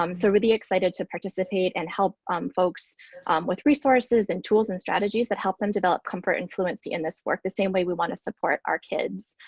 um so really excited to participate and help folks with resources and tools and strategies that help them develop comfort and fluency in this work the same way we want to support our kids.